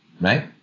right